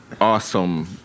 awesome